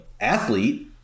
athlete